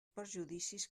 perjudicis